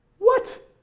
what,